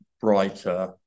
brighter